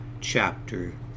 chapter